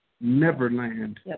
Neverland